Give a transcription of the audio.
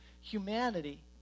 humanity